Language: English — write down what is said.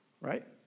right